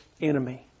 enemy